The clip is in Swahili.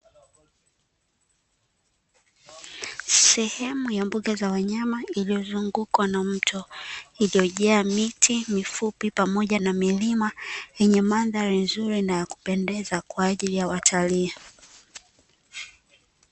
Sehemu ya mbuga za wanyama iliyozungukwa na mto, iliyojaa miti mifupi pamoja na milima yenye mandhari nzuri na ya kupendeza kwa ajili ya watalii.